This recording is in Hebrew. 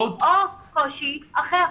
או קושי אחר,